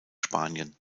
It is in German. spanien